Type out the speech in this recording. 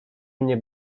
mnie